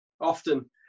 Often